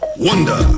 WONDER